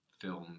film